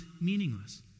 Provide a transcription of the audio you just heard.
meaningless